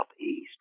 Southeast